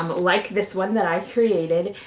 um like this one that i created.